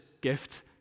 gift